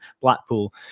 Blackpool